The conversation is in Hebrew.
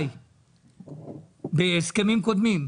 בהסכמים קודמים?